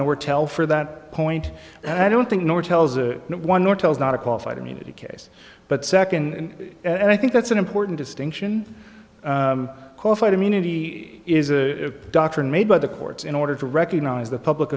nortel for that point and i don't think nortel's a one nortel's not a qualified immunity case but second and i think that's an important distinction qualified immunity is a doctrine made by the courts in order to recognize the public